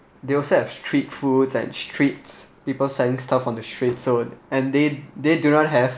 they also have street foods and streets people selling stuff on the streets so and they they do not have